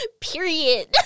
Period